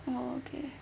oh okay